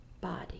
body